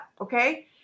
okay